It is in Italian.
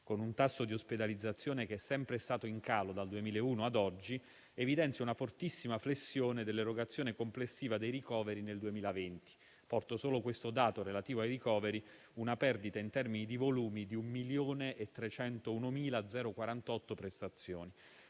con un tasso di ospedalizzazione che è sempre stato in calo dal 2001 ad oggi, evidenzia una fortissima flessione dell'erogazione complessiva dei ricoveri nel 2020. Porto solo il dato relativo ai ricoveri: una perdita in termini di volumi di 1.301.048 prestazioni,